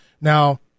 Now